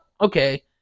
Okay